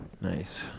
nice